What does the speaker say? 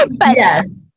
Yes